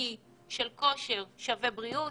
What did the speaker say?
נקי בו כושר שווה בריאות.